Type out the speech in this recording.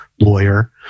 lawyer